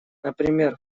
например